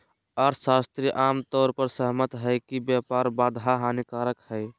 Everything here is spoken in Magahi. अर्थशास्त्री आम तौर पर सहमत हइ कि व्यापार बाधा हानिकारक हइ